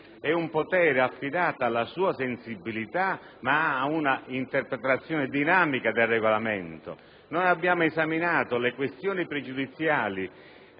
È un potere affidato alla sua sensibilità e ad una interpretazione dinamica del Regolamento. Abbiamo esaminato le questioni pregiudiziali